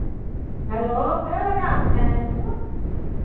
hello कै बजे आते हैं स्कूल